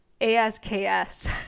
A-S-K-S